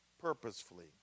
purposefully